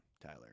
Tyler